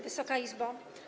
Wysoka Izbo!